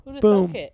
Boom